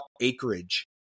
acreage